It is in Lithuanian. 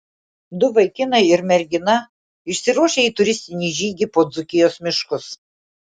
du vaikinai ir mergina išsiruošia į turistinį žygį po dzūkijos miškus